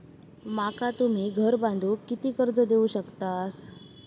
माका तुम्ही घर बांधूक किती कर्ज देवू शकतास?